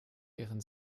ihren